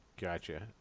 Gotcha